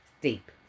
Deep